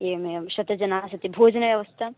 एवम् एवं शतं जनाः सन्ति भोजनव्यवस्था